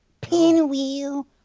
Pinwheel